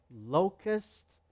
locust